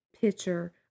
picture